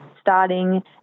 starting